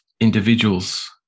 individuals